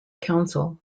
council